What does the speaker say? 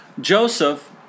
Joseph